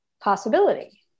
possibility